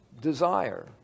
desire